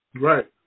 Right